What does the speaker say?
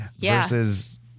versus